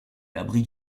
l’abri